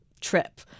trip